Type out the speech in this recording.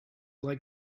like